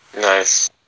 Nice